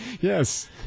Yes